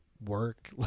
work